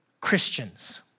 Christians